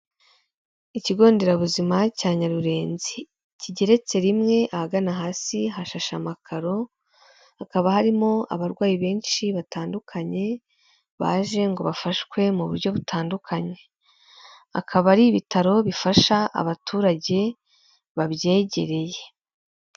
Ikigo nderabuzima cya Nyarurenzi, kigeretse rimwe, ahagana hasi hashasha amakaro, hakaba harimo abarwayi benshi batandukanye, baje ngo bafashwe mu buryo butandukanye, hakaba hari ibitaro bifasha abaturage babyegereye.